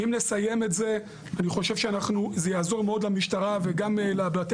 אם נסיים את זה אני חושב שזה יעזור מאוד למשטרה וגם לבתי